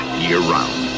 year-round